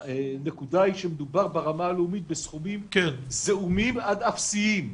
הנקודה היא שמדובר ברמה הלאומית בסכומים זעומים עד אפסיים.